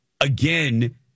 again